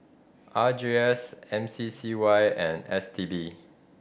R J S M C C Y and S T B